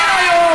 אין היום,